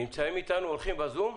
נמצאים איתנו אורחים בזום?